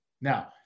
Now